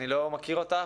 אני לא מכיר אותך,